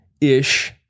ish